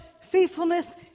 faithfulness